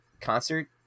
concert